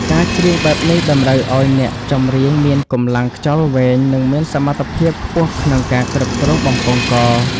ការច្រៀងបែបនេះតម្រូវឱ្យអ្នកចម្រៀងមានកម្លាំងខ្យល់វែង និងមានសមត្ថភាពខ្ពស់ក្នុងការគ្រប់គ្រងបំពង់ក។